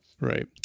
Right